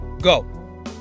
Go